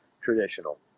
traditional